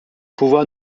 pouvoir